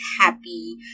happy